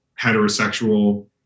heterosexual